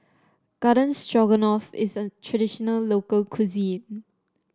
Garden Stroganoff is a traditional local cuisine